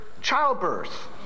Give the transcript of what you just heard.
Childbirth